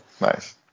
nice